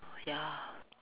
ya